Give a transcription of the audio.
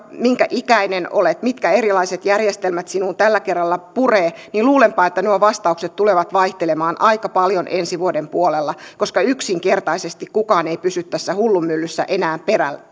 minkä ikäinen olet mitkä erilaiset järjestelmät sinuun tällä kerralla purevat nuo vastaukset tulevat vaihtelemaan aika paljon ensi vuoden puolella koska yksinkertaisesti kukaan ei pysy tässä hullunmyllyssä enää